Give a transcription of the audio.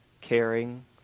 caring